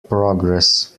progress